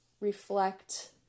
reflect